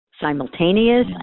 simultaneous